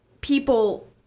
people